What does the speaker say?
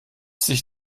sich